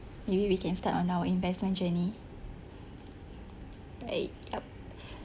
maybe we can't start on our investment journey right yup